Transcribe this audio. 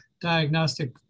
diagnostic